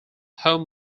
home